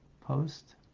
post